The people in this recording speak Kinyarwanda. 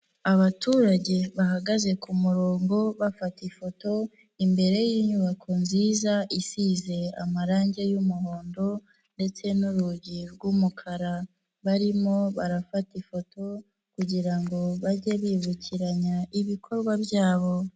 Abaturage bahagaze ku murongo bafata ifoto imbere y'inyubako nziza isize amarangi y'umuhondo ndetse n'urugi rw'umukara. Barimo barafata ifoto kugira ngo bage bibukiranya ibikorwa byabo.